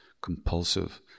compulsive